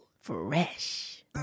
Fresh